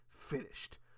finished